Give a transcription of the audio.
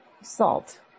salt